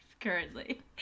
currently